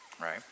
Right